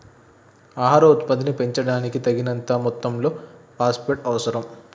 ఆహార ఉత్పత్తిని పెంచడానికి, తగినంత మొత్తంలో ఫాస్ఫేట్ అవసరం